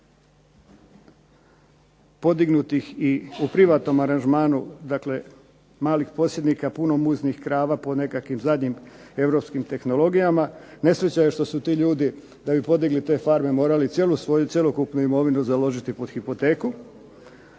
podignutih i u privatnom aranžmanu, dakle manjih posjednika, puno muznih krava po nekakvim zadnjim europskim tehnologijama. Nesreća je što su ti ljudi da bi podigli te farme morali cijelu svoju cjelokupnu imovinu založiti pod hipoteku.